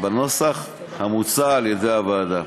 בנוסח המוצע על-ידי הוועדה.